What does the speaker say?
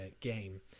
game